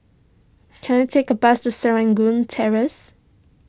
can I take a bus to Serangoon Terrace